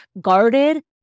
guarded